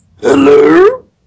Hello